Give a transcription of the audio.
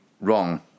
wrong